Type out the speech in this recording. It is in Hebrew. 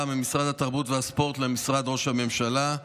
ממשרד התרבות והספורט למשרד ראש הממשלה.